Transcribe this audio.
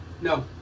No